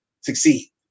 succeed